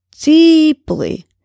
deeply